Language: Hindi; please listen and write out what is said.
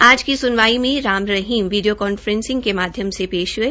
आज की सुनवाई में राम रहीम वीडियो कांफ्रेसिग के माध्यम से पेश हआ